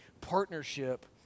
partnership